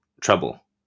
trouble